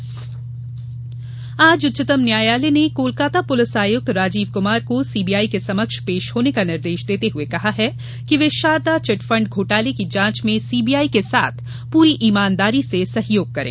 कोलकाता न्यायालय आज उच्चतम न्यायालय ने कोलकाता पुलिस आयुक्त राजीव कुमार को सीबीआई के समक्ष पेश होने का निर्देश देते हुए कहा है कि वे शारदा चिटफंड घोटाले की जांच में सीबीआई के साथ पूरी ईमानदारी से सहयोग करें